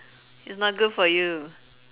it's not good for you